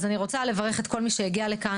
אז אני רוצה לברך את כל מי שהגיע לכאן.